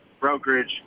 brokerage